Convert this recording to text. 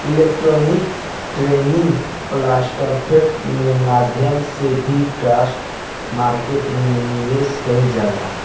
electronic trading platform के माध्यम से भी स्टॉक मार्केट में निवेश कईल जाला